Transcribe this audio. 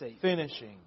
finishing